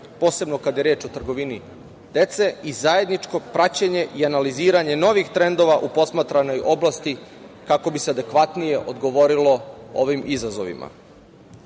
posebno kada je reč o trgovini dece i zajedničko praćenje i analiziranje novih trendova u posmatranoj oblasti kako bi se adekvatnije odgovorilo ovim izazovima. Poznato